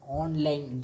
online